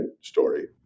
story